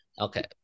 Okay